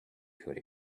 could